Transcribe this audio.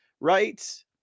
right